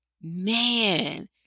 man